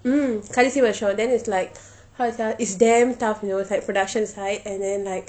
um கடைசி வருஷம்:kadaisi varusham then is like how sia it's damn tough you know it's like production's high and then like